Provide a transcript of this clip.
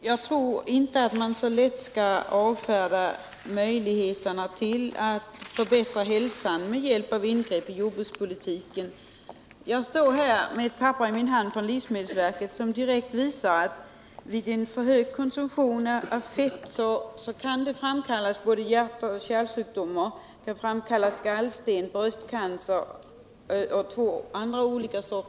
Herr talman! Jag tror inte att man så lätt skall avfärda möjligheterna att förbättra folkhälsan med hjälp av ingrepp i jordbrukspolitiken. Jag har i min ena hand ett papper från livsmedelsverket där man direkt framhåller att en för hög konsumtion av fetter kan framkalla hjärtoch kärlsjukdomar, gallsten, bröstcancer och två andra sorter av cancer.